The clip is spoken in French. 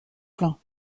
plein